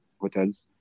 hotels